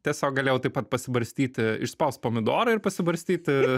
tiesiog galėjau taip pat pasibarstyti išspaust pomidorą ir pasibarstyti